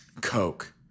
Coke